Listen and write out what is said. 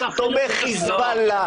תומך חיזבאללה.